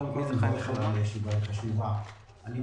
קודם כל, אני מברך על הישיבה, היא חשובה.